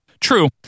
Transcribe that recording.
True